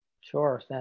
Sure